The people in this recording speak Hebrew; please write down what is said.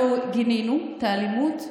אנחנו גינינו את האלימות.